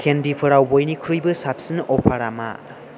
केन्दिफोराव बयनिख्रुइबो साबसिन अफारा मा